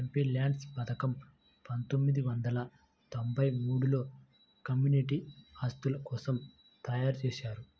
MPLADS పథకం పందొమ్మిది వందల తొంబై మూడులో కమ్యూనిటీ ఆస్తుల కోసం తయ్యారుజేశారు